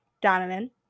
Donovan